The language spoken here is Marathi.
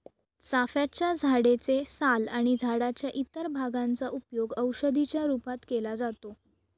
चाफ्याच्या झाडे चे साल आणि झाडाच्या इतर भागांचा उपयोग औषधी च्या रूपात केला जातो